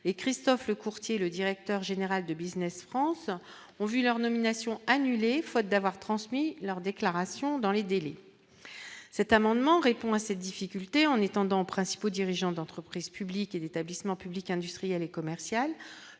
et Christophe Lecourtier, le directeur général de Business France ont vu leur nomination annulées, faute d'avoir transmis leur déclaration dans les délais, cet amendement répond à cette difficultés en étendant principaux dirigeants d'entreprises publiques et d'établissement public industriel et commercial,